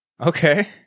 okay